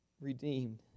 redeemed